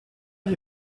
gli